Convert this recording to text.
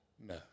No